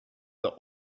the